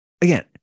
again